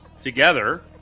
together